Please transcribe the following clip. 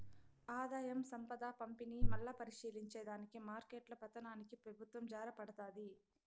ఆదాయం, సంపద పంపిణీ, మల్లా పరిశీలించే దానికి మార్కెట్ల పతనానికి పెబుత్వం జారబడతాది